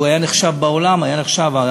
והוא היה נחשב בעולם, היה נחשב.